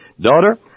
Daughter